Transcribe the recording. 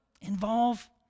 involve